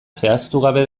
zehaztugabe